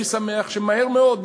אני שמח שמהר מאוד,